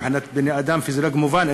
מבחינת בני-אדם, פיזיולוגיה, זה מובן.